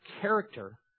character